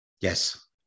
Yes